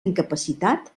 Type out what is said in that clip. incapacitat